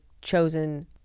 chosen